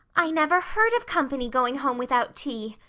i never heard of company going home without tea,